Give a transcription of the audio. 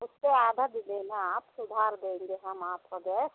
उससे आधा दे देना आप सुधार देंगे हम आपका गैस